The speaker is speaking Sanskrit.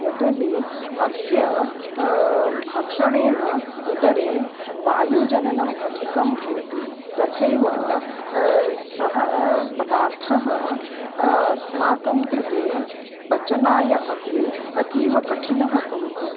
यतोहि अस्य भक्षणेन उदरे वायुजननम् अधिकं भवति तथैव सः पदार्थः अस्माकङ्कृते पचनाय अपि अतीवकठिनः भवति